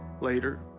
later